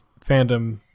fandom